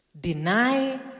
deny